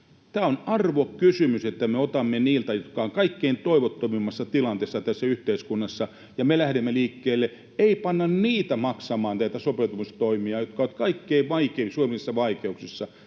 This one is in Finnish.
Tämä on arvokysymys, että me otamme niiltä, jotka ovat kaikkein toivottomimmassa tilanteessa tässä yhteiskunnassa, ja me lähdemme liikkeelle: ei panna niitä ihmisiä maksamaan näitä sopeutumistoimia, jotka ovat kaikkein suurimmissa vaikeuksissa